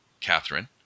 Catherine